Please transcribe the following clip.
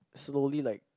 slowly like